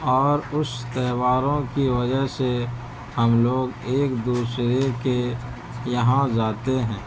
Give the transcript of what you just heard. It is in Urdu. اور اس تہواروں کی وجہ سے ہم لوگ ایک دوسرے کے یہاں جاتے ہیں